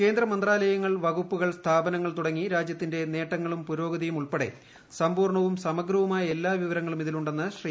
കേന്ദ്ര മന്ത്രാലയങ്ങൾ വകുപ്പുകൾ സ്ഥാപനങ്ങൾ തുടങ്ങി രാജ്യത്തിന്റെ നേട്ടങ്ങളും പുരോഗതിയും ഉൾപ്പെടെ സമ്പൂർണവും സമഗ്രവുമായ എല്ലാ വിവരങ്ങളും ഇതിലുണ്ടെന്ന് ശ്രീ